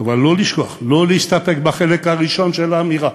אבל לא לשכוח, לא להסתפק בחלק הראשון של האמירה: